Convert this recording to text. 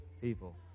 people